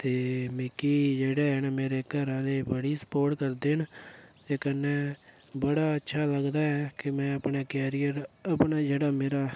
ते मिगी जेह्ड़े है'न मेरे घरैआह्ले बड़ी स्पोर्ट करदे न ते कन्नै बड़ा अच्छा लगदा ऐ के में अपने करियर अपना जेह्ड़ा मेरा